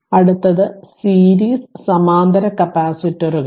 അടുത്തത് സീരീസ് സമാന്തര കപ്പാസിറ്ററുകൾ